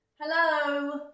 hello